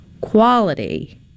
quality